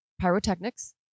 pyrotechnics